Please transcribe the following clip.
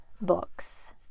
books